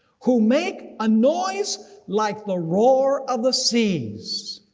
who make a noise like the roar of the seas.